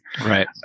Right